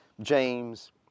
James